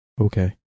Okay